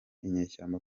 inyeshyamba